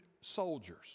soldiers